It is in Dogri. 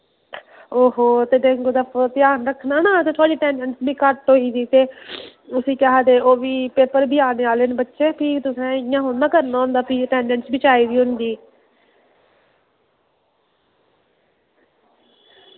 ओहो ते डेंगू दा पूरा ध्यान रक्खना ना ते थुआढ़ी अटैंडेंस बी घट्ट होई गेदी ते उसी केह् आखदे ओह् बी पेपर बी आने आह्ले न बच्चे फ्ही तुस इ'यां थोह्ड़े ना करना होंदा फ्ही अटैंडेंस बी चाहिदी होंदी